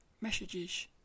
messages